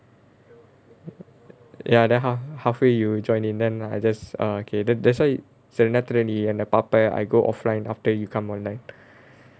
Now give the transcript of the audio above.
ya then ha~ halfway you join in then I just orh okay then that's why சில நேரத்துல நீ என்ன பார்ப்ப:sila nerathula nee enna paarppa I go offline after you come online